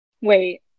wait